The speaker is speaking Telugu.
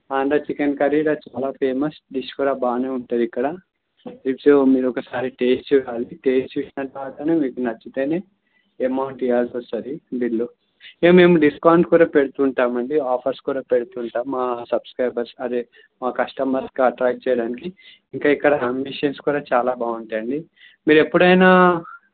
ఆంధ్రా చికెన్ కర్రీ ఇక్కడ చాలా ఫేమస్ డిష్ కూడా బాగానే ఉంటదిక్కడ డిషు మీరొకసారి టేస్ట్ చూడాలి టేస్ట్ చూసిన తర్వాతనే మీకు నచ్చితేనే ఎమౌంట్ ఇవ్వాల్సి వస్తుంది బిల్లు ఇక మేము డిస్కౌంట్స్ కూడా పెడుతుంటామండి ఆఫర్స్ కూడా పెడుతుంటాం మా సబ్స్క్రైబర్స్ అదే మీ కస్టమర్స్ అట్రాక్ట్ చేయడానికి ఇంక ఇక్కడ యాంబీయస్ కూడా చాలా బాగుంటాయండి మీరు ఎప్పుడైనా